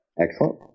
Excellent